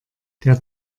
der